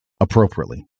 appropriately